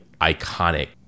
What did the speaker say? iconic